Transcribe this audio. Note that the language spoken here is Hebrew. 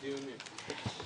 לדבורנים,